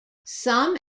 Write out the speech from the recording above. some